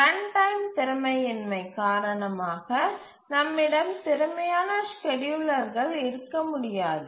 runtime திறமையின்மை காரணமாக நம்மிடம் திறமையான ஸ்கேட்யூலர்கள் இருக்க முடியாது